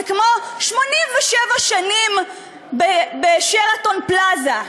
זה כמו 87 שנים ב"שרתון פלאזה",